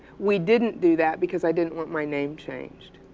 we didn't do that because i didn't want my name changed.